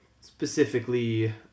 Specifically